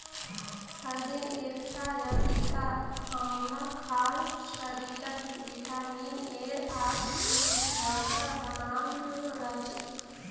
हर दिन एकटा या दिता आंवला खाल शरीरत विटामिन एर आर सीर मात्रा बनाल रह छेक